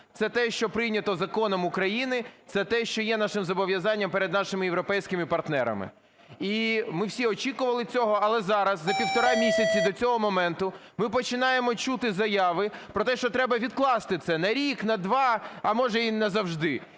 Це те, що прийнято Законом України, це те, що є нашим зобов'язанням перед нашими європейськими партнерами. І ми всі очікували цього, але зараз за півтора місяця до цього моменту ми починаємо чути заяви про те, що треба відкласти це на рік, на два, а може, й назавжди.